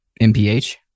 MPH